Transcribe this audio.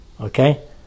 okay